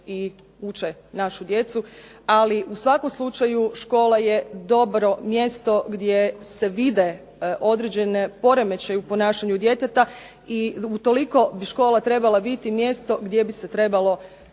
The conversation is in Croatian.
i uče našu djecu. Ali u svakom slučaju škola je dobro mjesto gdje se vide određeni poremećaji u ponašanju djeteta i utoliko bi škola trebala biti mjesto gdje bi se trebalo